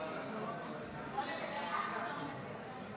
ותחזור לדיון בוועדת החוקה,